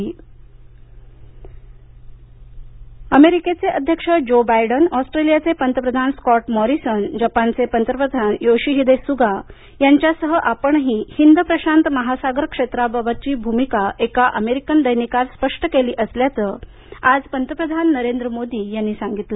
पंतप्रधान क्वाड अमेरिकेचे अध्यक्ष जो बायडन ऑस्ट्रेलियाचे पंतप्रधान स्कॉट मॉरीसन जपानचे पंतप्रधान योशिहीदे सुगा यांच्यासह आपणही हिंद प्रशांत महासागर क्षेत्राबाबतची भूमिका एका अमेरिकन दैनिकात स्पष्ट केली असल्याच आज पंतप्रधान नरेंद्र मोदी यांनी सांगितलं